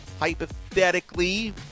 hypothetically